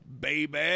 Baby